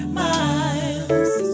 miles